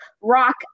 rock